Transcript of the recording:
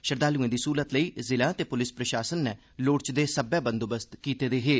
श्रद्धालुएं दी सुविघा लेई जिला ते पुलस प्रशासन नै लोड़चदे सब्बै बंदोबस्त कीते दे हे